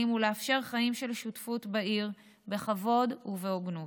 ולאפשר חיים של שותפות בעיר בכבוד ובהוגנות.